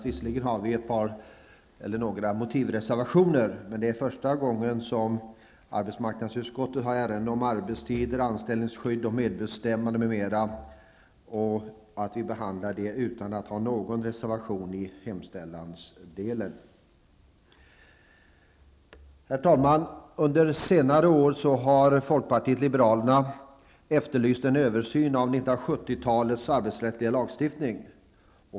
Visserligen har vi några motivreservationer, men det är första gången som arbetsmarknadsutskottet har ärenden om arbetstider, anställningsskydd, medbestämmande m.m., och vi behandlar detta utan att ha någon reservation i hemställansdelen. Herr talman! Under senare år har folkpartiet efterlyst en översyn av 1970-talets arbetsrättsliga lagstiftning.